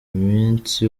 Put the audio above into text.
munsi